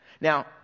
Now